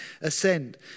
ascend